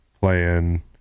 playing